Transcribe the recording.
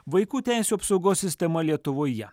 vaikų teisių apsaugos sistema lietuvoje